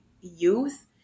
youth